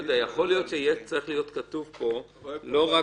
יכול להיות שצריך להיות כתוב פה לא רק